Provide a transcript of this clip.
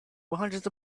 hundreds